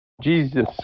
Jesus